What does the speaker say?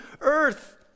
earth